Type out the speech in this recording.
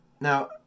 now